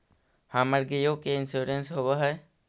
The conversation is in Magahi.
हमर गेयो के इंश्योरेंस होव है?